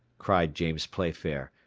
cried james playfair,